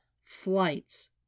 Flights